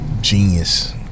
genius